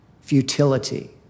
futility